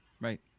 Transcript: right